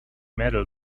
metal